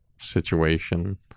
situation